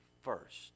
first